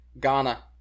Ghana